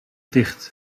dicht